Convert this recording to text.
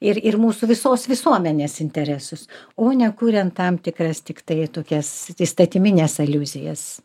ir ir mūsų visos visuomenės interesus o ne kuriant tam tikras tiktai tokias įstatymines aliuzijas